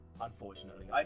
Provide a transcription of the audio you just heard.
unfortunately